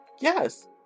Yes